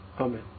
Amen